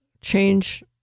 change